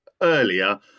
earlier